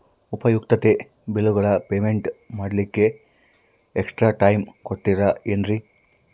ಉಪಯುಕ್ತತೆ ಬಿಲ್ಲುಗಳ ಪೇಮೆಂಟ್ ಮಾಡ್ಲಿಕ್ಕೆ ಎಕ್ಸ್ಟ್ರಾ ಟೈಮ್ ಕೊಡ್ತೇರಾ ಏನ್ರಿ?